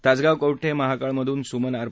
तासगाव कवठे महांकाळ मधून सुमन आर